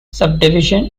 subdivision